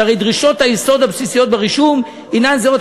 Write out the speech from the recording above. שהרי דרישות היסוד הבסיסיות ברישום הנן זהות".